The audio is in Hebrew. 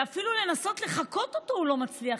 שאפילו לנסות לחקות אותו הוא לא מצליח.